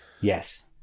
Yes